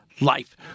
life